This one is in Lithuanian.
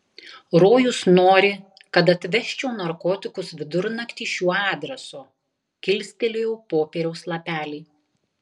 rojus nori kad atvežčiau narkotikus vidurnaktį šiuo adresu kilstelėjau popieriaus lapelį